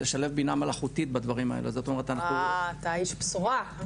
לשלב בינה מלכותית ובדברים האלה --- אה אתה איש בשורה.